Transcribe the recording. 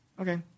okay